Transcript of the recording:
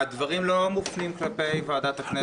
הדברים לא מופנים כלפי ועדת הכנסת.